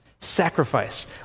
Sacrifice